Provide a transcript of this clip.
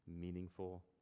meaningful